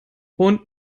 und